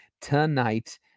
tonight